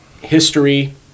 history